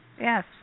yes